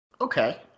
Okay